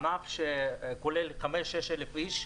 ענף שכולל 5-6 אלף איש,